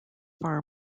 far